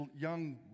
young